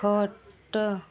ଖଟ